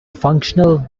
functional